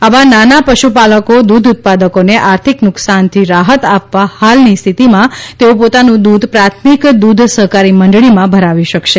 આવા નાના પશુપાલકો દૂધ ઉત્પાદકોને આર્થિક નુકશાનથી રાહત આપવા હાલની સ્થિતીમાં તેઓ પોતાનું દુધ પ્રાથમિક દૂધ સહકારી મંડળીમાં ભરાવી શકશે